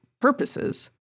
purposes